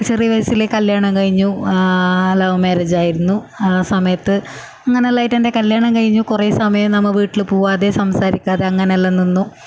ചെറിയ വയസ്സിലെ കല്യാണം കഴിഞ്ഞു ആ ലൌവ് മാരേജ് ആയിരുന്നു ആ സമയത്ത് അങ്ങനെയെല്ലാമായിട്ട് എൻ്റെ കല്യാണം കഴിഞ്ഞു കുറേ സമയം നമ്മൾ വീട്ടിൽ പോവാതെ സംസാരിക്കാതെ അങ്ങനെ എല്ലാം നിന്നു